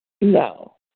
No